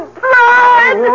blood